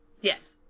Yes